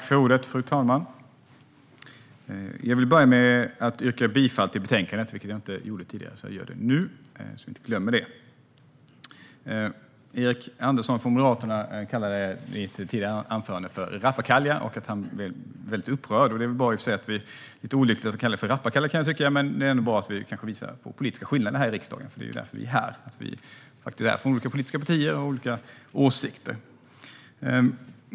Fru talman! Jag vill börja med att yrka bifall till betänkandet, vilket jag inte gjorde tidigare. Jag gör det nu så att jag inte glömmer det. Erik Andersson från Moderaterna kallade mitt tidigare anförande för rappakalja och sa att han blev väldigt upprörd. Det är lite olyckligt att kalla det för rappakalja, kan jag tycka, men det är ändå bra att vi visar på politiska skillnader här i riksdagen. Det är ju därför vi är här - vi är från olika politiska partier och har olika åsikter.